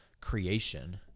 creation